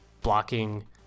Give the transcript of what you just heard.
blocking